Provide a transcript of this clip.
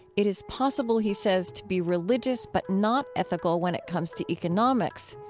it is possible, he says, to be religious but not ethical when it comes to economics.